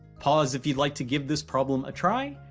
pause if you'd like to give this problem a try,